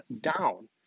down